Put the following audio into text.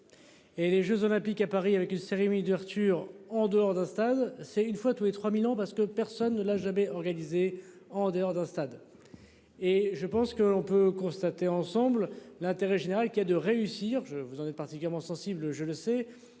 Et les Jeux olympiques à Paris avec une cérémonie d'ouverture en dehors d'un stade, c'est une fois tous les 3000 parce que personne ne l'a jamais organisée en dehors d'un stade. Et je pense qu'on peut constater ensemble l'intérêt général qui a de réussir. Je vous en particulièrement sensible, je le sais.